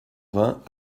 vingt